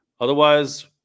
Otherwise